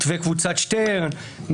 מתווה קבוצת שטרן,